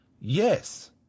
Yes